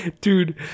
dude